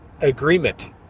agreement